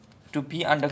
ya dude they are because